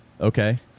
Okay